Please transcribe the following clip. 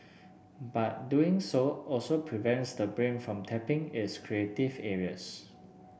but doing so also prevents the brain from tapping its creative areas